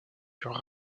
sur